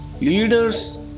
leaders